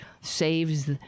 saves